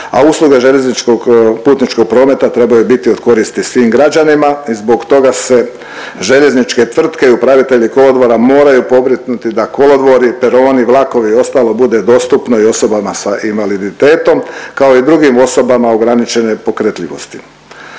a usluge željezničkog putničkog prometa trebaju biti od koristi svim građanima i zbog toga se željezničke tvrtke i upravitelji kolodvora moraju pobrinuti da kolodvori, peroni, vlakovi i ostalo bude dostupno i osobama s invaliditetom kao i drugim osobama ograničene pokretljivosti.